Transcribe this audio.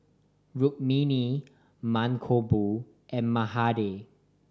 Rukmini Mankombu and Mahade